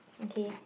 okay